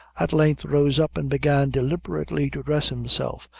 at length rose up, and began deliberately to dress himself,